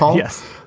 yes.